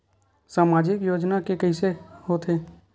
सामाजिक योजना के कइसे होथे?